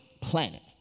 planet